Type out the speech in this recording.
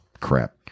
crap